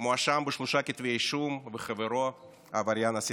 מואשם בשלושה כתבי אישום וחברו העבריין הסדרתי.